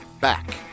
back